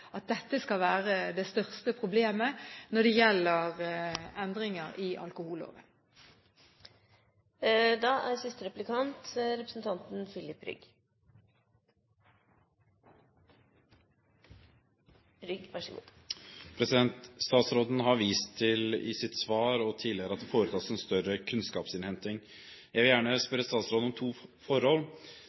at dette skal være det største problemet når det gjelder endringer i alkoholloven. Statsråden har i sitt svar og tidligere vist til at det foretas en større kunnskapsinnhenting. Jeg vil gjerne spørre statsråden om to forhold,